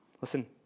Listen